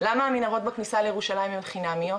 למה המנהרות בכניסה לירושלים הן חינמיות,